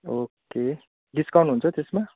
okay discount हुन्छ त्यसमा